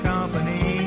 Company